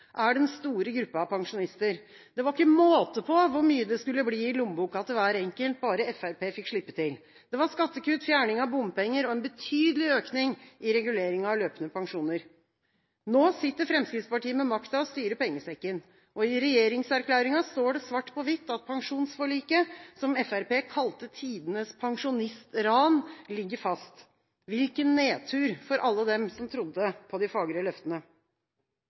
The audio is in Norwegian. er den store gruppa av pensjonister. Det var ikke måte på hvor mye det skulle bli i lommeboka til hver enkelt, bare Fremskrittspartiet fikk slippe til. Det var skattekutt, fjerning av bompenger og en betydelig økning i reguleringen av løpende pensjoner. Nå sitter Fremskrittspartiet med makta og styrer pengesekken. I regjeringserklæringen står det svart på hvitt at pensjonsforliket, som Fremskrittspartiet kalte tidenes pensjonistran, ligger fast. Hvilken nedtur for alle dem som trodde på de fagre løftene!